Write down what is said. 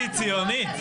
ציונית,